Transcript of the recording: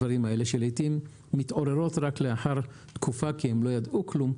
לעיתים המשפחות מתעוררות רק לאחר תקופה כי הן לא ידעו כלום.